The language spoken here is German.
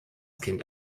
kind